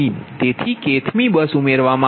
તેથી kth મી bus ઉમેરવામાં આવી છે